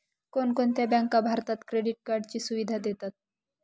कोणकोणत्या बँका भारतात क्रेडिट कार्डची सुविधा देतात?